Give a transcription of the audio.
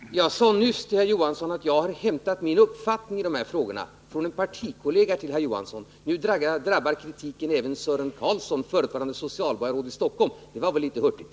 Herr talman! Jag sade nyss till herr Johansson att jag har hämtat min uppfattning i de här frågorna från en partikollega till herr Johansson. Nu drabbar kritiken även Sören Carlson, förutvarande socialborgarråd i Stockholm. Det var väl litet hurtigt.